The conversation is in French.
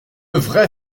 vraie